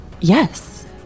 yes